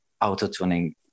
auto-tuning